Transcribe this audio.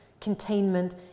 containment